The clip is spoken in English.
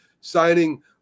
signing